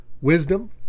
wisdom